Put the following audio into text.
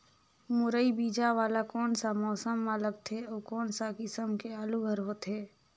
मुरई बीजा वाला कोन सा मौसम म लगथे अउ कोन सा किसम के आलू हर होथे?